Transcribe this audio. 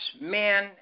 men